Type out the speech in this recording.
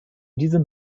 diesem